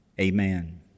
Amen